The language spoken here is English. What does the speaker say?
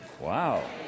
Wow